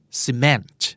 cement